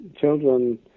children